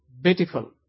beautiful